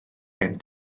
gen